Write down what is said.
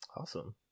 Awesome